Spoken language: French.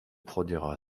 produira